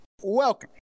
welcome